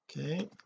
okay